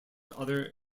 other